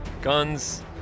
guns